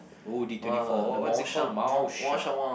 oh D twenty four what what's it called Mao-Shan